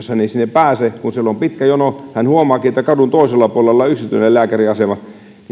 pääse kun siellä on pitkä jono ja hän huomaakin että kadun toisella puolella on yksityinen lääkäriasema niin